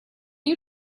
you